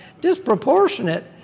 Disproportionate